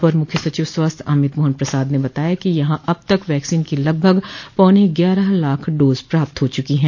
अपर मुख्य सचिव स्वास्थ्य अमित मोहन प्रसाद ने बताया कि यहां अब तक वैक्सीन की लगभग पौने ग्यारह लाख डोज प्राप्त हो चुकी हैं